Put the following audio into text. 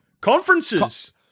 conferences